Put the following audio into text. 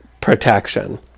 protection